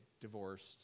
divorced